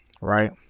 right